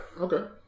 Okay